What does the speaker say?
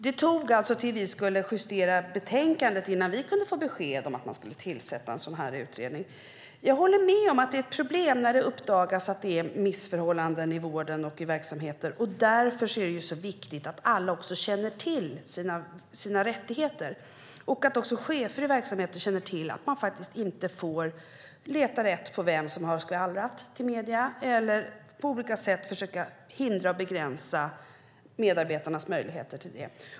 Det tog alltså till vi skulle justera betänkandet innan vi kunde få besked om att man skulle tillsätta en sådan utredning. Jag håller med om att det är ett problem när det uppdagas missförhållanden i vården och i verksamheter. Därför är det viktigt att alla också känner till sina rättigheter och att också chefer i verksamheten känner till att man faktiskt inte får leta rätt på vem som har skvallrat till medier eller på olika sätt försöka hindra och begränsa medarbetarnas möjligheter till det.